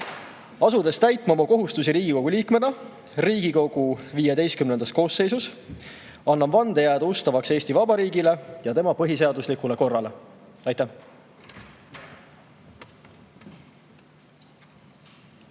Asudes täitma oma kohustusi Riigikogu liikmena Riigikogu XV koosseisus, annan vande jääda ustavaks Eesti Vabariigile ja tema põhiseaduslikule korrale. Aitäh!